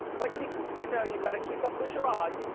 but you you know you gotta keep up the charade.